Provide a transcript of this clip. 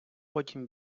потім